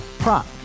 Prop